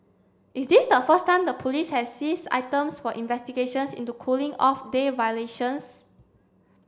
is this the first time the police has seize items for investigations into cooling off day violations